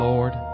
Lord